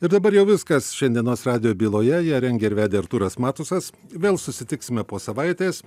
ir dabar jau viskas šiandienos radijo byloje ją rengia ir vedė artūras matusas vėl susitiksime po savaitės